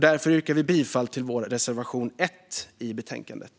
Därför yrkar vi bifall till vår reservation 1 i betänkandet.